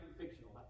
Fictional